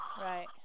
Right